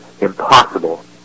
impossible